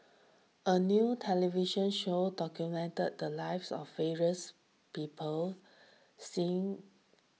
a new television show documented the lives of various people Singh